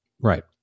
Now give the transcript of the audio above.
Right